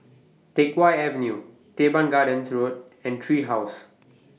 Teck Whye Avenue Teban Gardens Road and Tree House